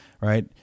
right